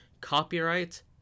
Copyright